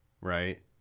right